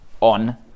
on